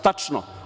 Tačno.